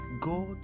God